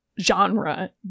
Genre